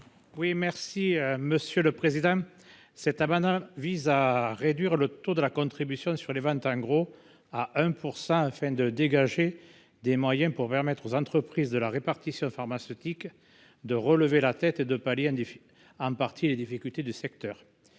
l’amendement n° 105 rectifié. Cet amendement vise à réduire le taux de la contribution sur les ventes en gros à 1 % afin de dégager des moyens pour permettre aux entreprises de la répartition pharmaceutique de relever la tête et de compenser en partie les difficultés du secteur.